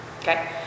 Okay